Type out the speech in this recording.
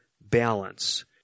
balance